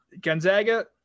Gonzaga